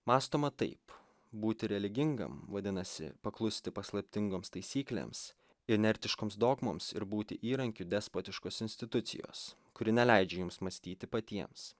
mąstoma taip būti religingam vadinasi paklusti paslaptingoms taisyklėms inertiškoms dogmoms ir būti įrankiu despotiškos institucijos kuri neleidžia jums mąstyti patiems